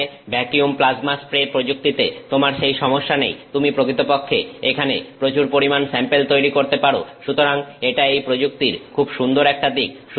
এখানে vacuum plasma spray প্রযুক্তিতে তোমার সেই সমস্যা নেই তুমি প্রকৃতপক্ষে এখানে প্রচুর পরিমাণ স্যাম্পেল তৈরি করতে পারো সুতরাং এটা এই প্রযুক্তির খুব সুন্দর একটা দিক